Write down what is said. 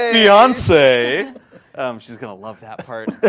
fiance she's going to love that part.